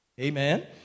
Amen